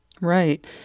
Right